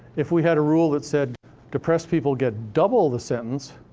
if we had a rule that said depressed people get double the sentence,